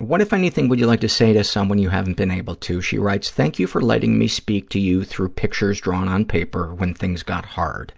what, if anything, would you like to say to someone you haven't been able to? she writes, thank you for letting me speak to you through pictures drawn on paper when things got hard.